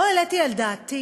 לא העליתי על דעתי